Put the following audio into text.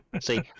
See